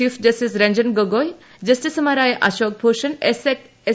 ചീഫ്ട് justice Ranjan Gogoi ജസ്റ്റിസുമാരായ Ashok Bhushan S